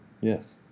Yes